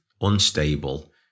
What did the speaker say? unstable